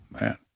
man